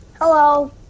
Hello